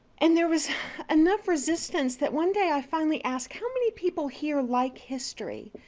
and there was enough resistance that one day i finally asked, how many people here like history?